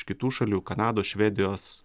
kitų šalių kanados švedijos